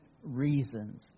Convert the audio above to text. reasons